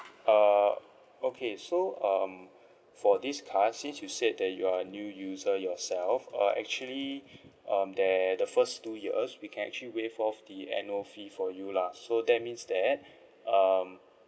uh okay so um for this card since you said that you're new user yourself uh actually um there the first two years we can actually waive off the annual fee for you lah so that means that um